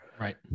right